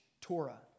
Torah